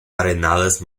arenales